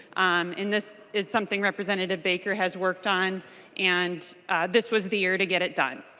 um and this is something representative baker has worked on and this was the year to get it done.